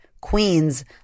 Queens